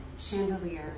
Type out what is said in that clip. chandelier